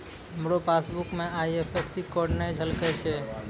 हमरो पासबुक मे IFSC code नै झलकै छै